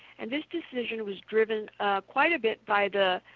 and this decision was driven quite a bit by the